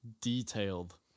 Detailed